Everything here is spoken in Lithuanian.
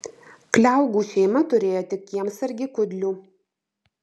kliaugų šeima turėjo tik kiemsargį kudlių